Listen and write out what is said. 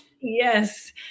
Yes